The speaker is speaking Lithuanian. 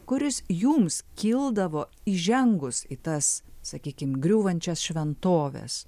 kuris jums kildavo įžengus į tas sakykim griūvančias šventoves